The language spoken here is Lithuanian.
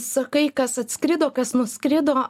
sakai kas atskrido kas nuskrido